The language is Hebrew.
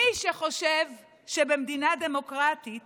מי שחושב שבמדינה דמוקרטית